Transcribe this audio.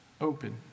open